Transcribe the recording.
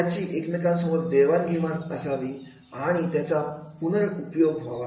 त्याची एकमेकांबरोबर देवाण घेवाण असावी आणि त्याचा पुनर उपयोग व्हावा